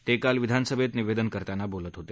ते काल विधानसभेत निवेदन करताना बोलत होते